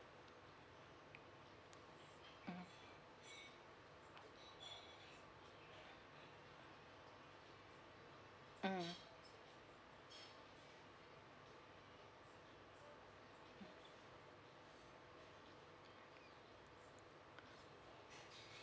mm